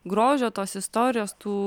grožio tos istorijos tų